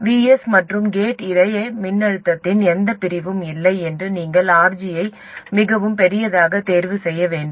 Vs மற்றும் gate இடையே மின்னழுத்தத்தின் எந்தப் பிரிவும் இல்லை என்று நீங்கள் RG ஐ மிகவும் பெரியதாக தேர்வு செய்ய வேண்டும்